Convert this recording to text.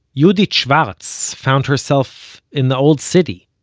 yehudit schwartz found herself in the old city,